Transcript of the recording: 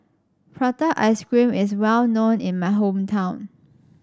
Prata Ice Cream is well known in my hometown